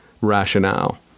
rationale